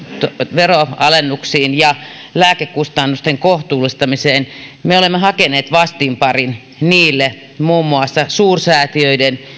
veroalennuksiin ja lääkekustannusten kohtuullistamiseen me olemme hakeneet vastinparin niille muun muassa suursäätiöiden